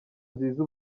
nziza